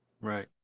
Right